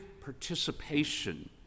participation